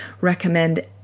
recommend